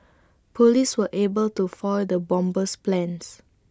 Police were able to foil the bomber's plans